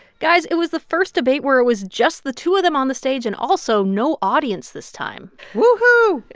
guys, it was the first debate where it was just the two of them on the stage and also no audience this time woo hoo